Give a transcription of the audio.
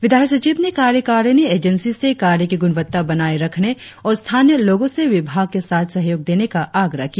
विधायी सचिव ने कार्यकारिणी एजेंसी से कार्य की ग्रणवत्ता बनाए रखने और स्थानीय लोगों से विभाग के साथ सहयोग देने का आग्रह किया